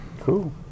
Cool